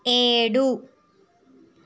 ఏడు